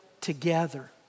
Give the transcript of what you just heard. together